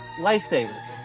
lifesavers